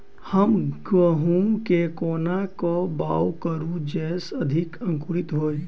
हम गहूम केँ कोना कऽ बाउग करू जयस अधिक अंकुरित होइ?